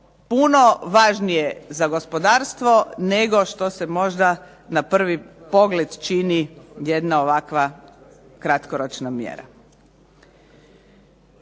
puno važnije za gospodarstvo nego što se možda na prvi pogled čini jedna ovakva kratkoročna mjera.